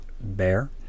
bear